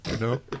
no